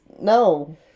no